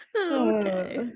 okay